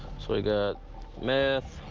so we've got meth,